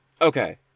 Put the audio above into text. Okay